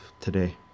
today